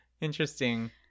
Interesting